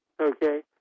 Okay